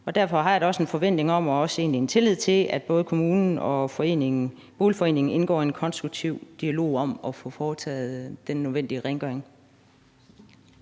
derfor har jeg da også en forventning om og en tillid til, at både kommunen og boligforeningen indgår i en konstruktiv dialog om at få foretaget den nødvendige rengøring.